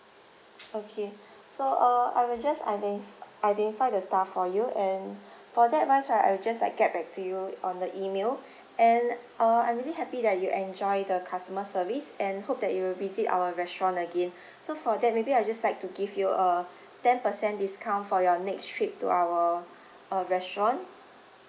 okay so uh I will just identi~ identify the staff for you and for that wise right I will just like get back to you on the email and uh I'm really happy that you enjoy the customer service and hope that you will visit our restaurant again so for that maybe I'll just like to give you a ten percent discount for your next trip to our uh restaurant